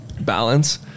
balance